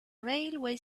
railway